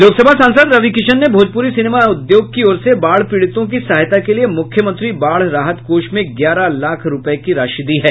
लोकसभा सांसद रवि किशन ने भोजपूरी सिनेमा उद्योग की ओर से बाढ़ पीड़ितों की सहायता के लिए मुख्यमंत्री बाढ़ राहत कोष में ग्यारह लाख रूपये की राशि दी है